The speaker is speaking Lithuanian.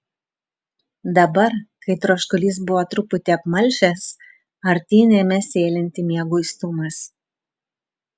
dabar kai troškulys buvo truputį apmalšęs artyn ėmė sėlinti mieguistumas